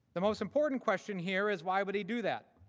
the most important question here is why would he do that?